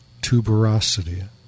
tuberosity